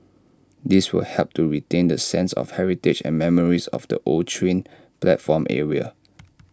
this will help to retain the sense of heritage and memories of the old train platform area